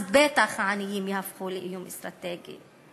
אז בטח העניים יהפכו לאיום אסטרטגי.